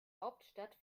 hauptstadt